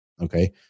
okay